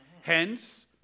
Hence